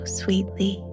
sweetly